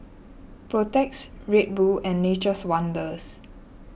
Protex Red Bull and Nature's Wonders